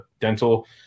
dental